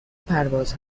پرواز